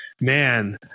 man